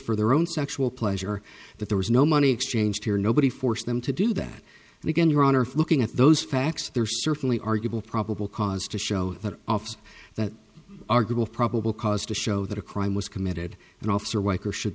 for their own sexual pleasure that there was no money exchanged here nobody forced them to do that and again your honor for looking at those facts they're certainly arguable probable cause to show that off that argument probable cause to show that a crime was committed and officer white who should